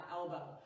elbow